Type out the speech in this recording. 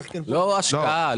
לא השקעה.